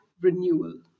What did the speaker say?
renewal